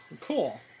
cool